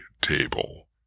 table